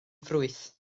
ffrwyth